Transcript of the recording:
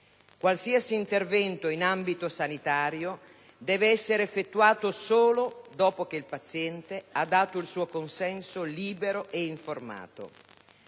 Qualsiasi intervento in ambito sanitario deve essere effettuato solo dopo che il paziente ha dato il suo consenso libero e informato.